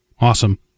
awesome